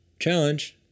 Challenge